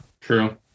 True